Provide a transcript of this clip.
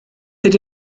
ydy